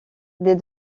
dès